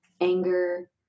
anger